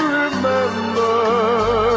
remember